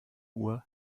uhr